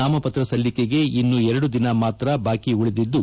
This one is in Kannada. ನಾಮಪತ್ರ ಸಲ್ಲಿಕೆಗೆ ಇನ್ನು ಎರಡು ದಿನ ಮಾತ್ರ ಬಾಕಿ ಉಳಿದಿದ್ದು